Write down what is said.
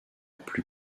plus